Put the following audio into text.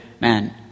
man